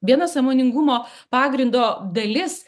viena sąmoningumo pagrindo dalis